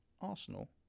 Arsenal